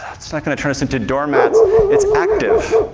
ah it's not going to turn us into doormats it's active,